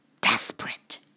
desperate